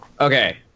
Okay